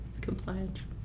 compliance